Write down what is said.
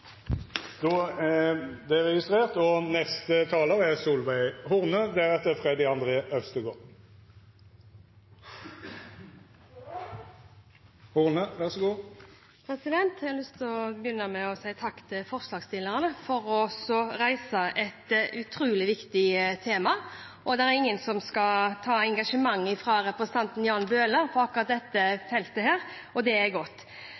Då er det registrert. Jeg har lyst å begynne med å si takk til forslagsstillerne for å ha reist et utrolig viktig tema. Det er ingen som skal ta engasjementet fra representanten Jan Bøhler på akkurat dette feltet – og det er godt.